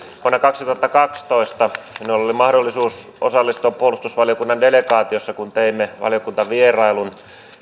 vuonna kaksituhattakaksitoista minulla oli mahdollisuus osallistua puolustusvaliokunnan delegaatioon kun teimme valiokuntavierailun